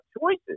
choices